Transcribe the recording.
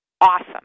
Awesome